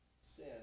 sin